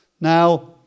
Now